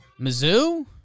Mizzou